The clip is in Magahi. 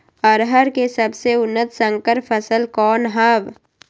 अरहर के सबसे उन्नत संकर फसल कौन हव?